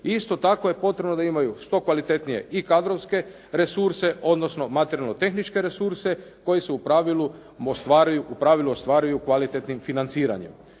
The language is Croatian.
isto tako je potrebno da imaju što kvalitetnije i kadrovske resurse, odnosno materijalno-tehničke resurse koji se u pravilu ostvaruju kvalitetnim financiranjem.